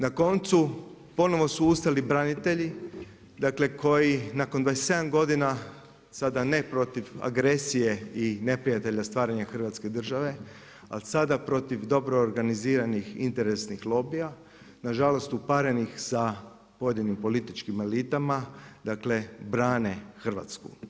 Na koncu, ponovno su ustali branitelji, dakle koji nakon 27 godina sada ne protiv agresije i neprijatelja, stvaranje Hrvatske države, ali sada protiv dobro organiziranih interesnih lobija na žalost uparenih sa pojedinim političkim elitama, dakle brane Hrvatsku.